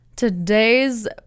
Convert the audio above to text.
today's